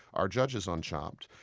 our judges on chopped.